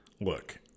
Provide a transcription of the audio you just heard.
Look